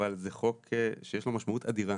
אבל זה חוק שיש לו משמעות אדירה